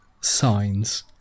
Signs